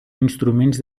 instruments